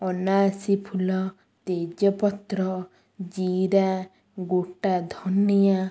ଅନାସୀ ଫୁଲ ତେଜପତ୍ର ଜୀରା ଗୋଟା ଧନିଆ